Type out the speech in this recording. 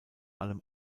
allem